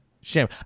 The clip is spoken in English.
shame